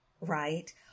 right